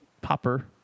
popper